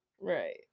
Right